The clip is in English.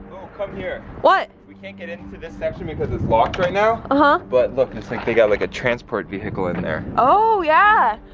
oh come here. what? we can't get into this section because it's locked right now. ah huh. but look, looks like they got like a transport vehicle in there. oh, yeah.